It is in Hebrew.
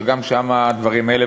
שגם שם יש הדברים האלה.